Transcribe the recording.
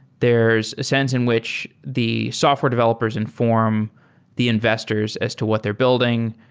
there is a sense in which the software developers inform the investors as to what their building.